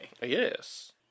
Yes